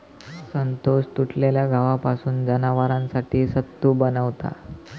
संतोष तुटलेल्या गव्हापासून जनावरांसाठी सत्तू बनवता